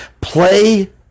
play